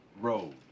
Road